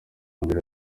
mbere